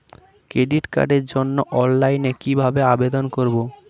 Credit কার্ডের জন্য অফলাইনে কিভাবে আবেদন করব?